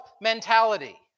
mentality